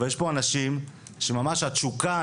אבל יש פה אנשים שממש התשוקה,